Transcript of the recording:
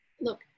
Look